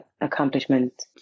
accomplishment